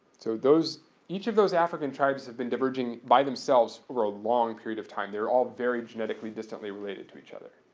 so those each of those african tribes have been diverging by themselves for a long period of time, they're all very genetically distantly related to each other.